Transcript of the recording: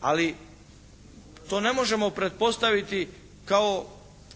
Ali to ne možemo pretpostaviti kao